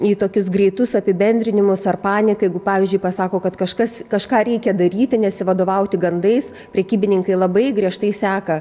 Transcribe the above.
į tokius greitus apibendrinimus ar paniką jeigu pavyzdžiui pasako kad kažkas kažką reikia daryti nesivadovauti gandais prekybininkai labai griežtai seka